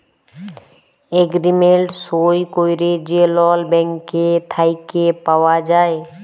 agreement সই ক্যইরে যে লল ব্যাংক থ্যাইকে পাউয়া যায়